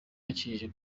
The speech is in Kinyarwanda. yacishije